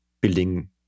building